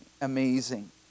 amazing